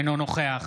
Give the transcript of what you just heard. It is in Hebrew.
אינו נוכח